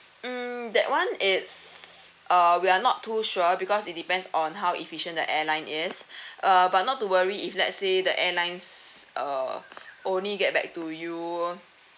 mm that one it's uh we are not too sure because it depends on how efficient the airlines is uh but not to worry if let's say the airlines uh only get back to you